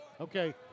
Okay